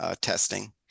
testing